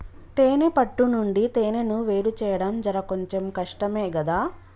తేనే పట్టు నుండి తేనెను వేరుచేయడం జర కొంచెం కష్టమే గదా